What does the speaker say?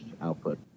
output